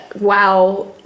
wow